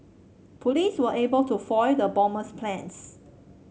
police were able to foil the bomber's plans